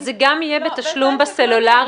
זה גם יהיה בתשלום בסלולרי?